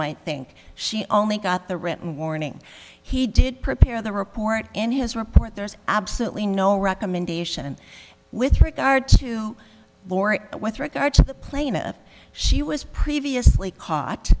might think she only got the written warning he did prepare the report and his report there's absolutely no recommendation with regard to borat but with regard to the plaintiff she was previously caught